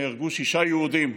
נהרגו שישה יהודים.